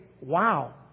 wow